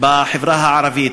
בחברה הערבית.